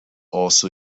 also